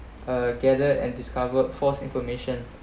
uh gathered and discovered false information